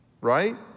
right